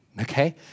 okay